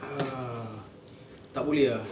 uh tak boleh ah